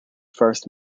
first